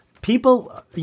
People